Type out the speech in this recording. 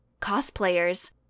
cosplayers